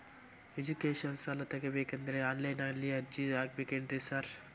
Education ಸಾಲ ತಗಬೇಕಂದ್ರೆ online ನಲ್ಲಿ ಅರ್ಜಿ ಹಾಕ್ಬೇಕೇನ್ರಿ ಸಾರ್?